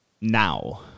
Now